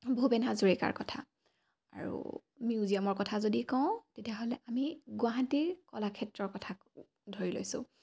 ভূপেন হাজৰিকাৰ কথা আৰু মিউজিয়ামৰ কথা যদি কওঁ তেতিয়াহ'লে আমি গুৱাহাটীৰ কলাক্ষেত্ৰৰ কথা ধৰি লৈছোঁ